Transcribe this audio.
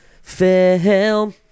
Film